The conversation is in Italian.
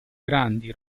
grandi